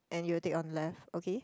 and you'll take on left okay